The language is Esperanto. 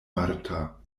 marta